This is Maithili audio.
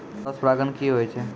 क्रॉस परागण की होय छै?